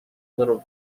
little